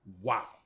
wow